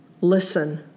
listen